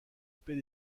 paix